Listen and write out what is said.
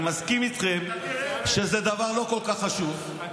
אני מסכים איתכם שזה דבר לא כל כך חשוב,